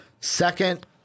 Second